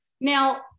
Now